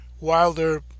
wilder